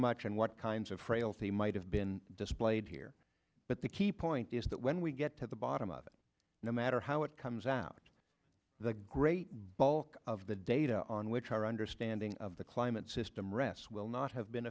much and what kinds of frailty might have been displayed here but the key point is that when we get to the bottom of it no matter how it comes out the great bulk of the data on which our understanding of the climate system rests will not have been